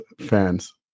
fans